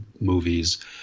movies